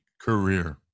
career